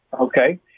Okay